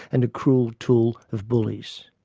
and a cruel tool of bullies.